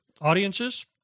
audiences